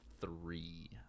three